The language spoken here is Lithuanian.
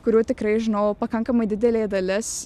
kurių tikrai žinau pakankamai didelė dalis